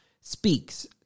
speaks